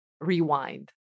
Rewind